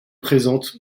présente